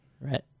right